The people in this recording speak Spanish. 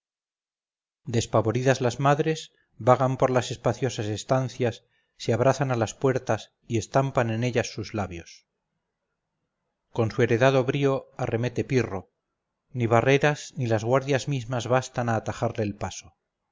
despavoridas las madres vagan por las espaciosas estancias se abrazan a las puertas y estampan en ellas sus labios con su heredado brío arremete pirro ni barreras ni las guardias mismas bastan a atajarle el paso